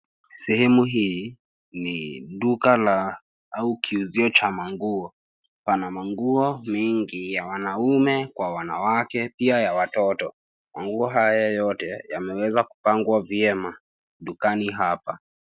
Sehemu hii ni duka la, au kiuzio cha manguo. Pana manguo mengi ya wanaume kwa wanawake, pia ya watoto. Manguo haya yote yameweza kupangwa vyema dukani hapa.